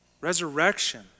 Resurrection